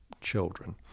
children